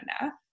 enough